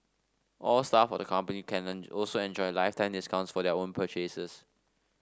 all staff of the company can learn also enjoy lifetime discounts for their own purchases